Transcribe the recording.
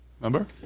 Remember